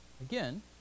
Again